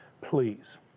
Please